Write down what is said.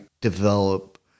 develop